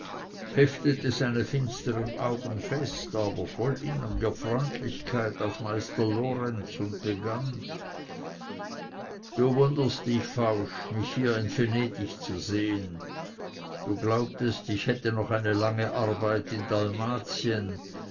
heftete seine finstern augen fest aber voll inniger freundlichkeit auf meister lorenz und begann du wunderst dich fausch mich hier in venedig zu sehen du glaubtest ich hätte noch eine lange arbeit in